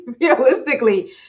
realistically